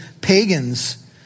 pagans